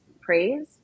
praise